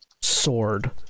sword